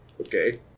Okay